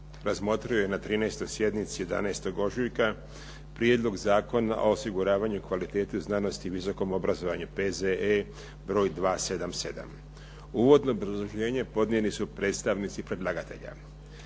razmotrio je na 13. sjednici 11. ožujka Prijedlog zakona o osiguravanju kvalitete znanosti u visokom obrazovanju, P.Z.E. br. 277. Uvodno obrazloženje podnijeli su predstavnici predlagatelja.